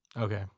Okay